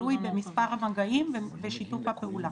תלוי במספר המגעים ושיתוף הפעולה.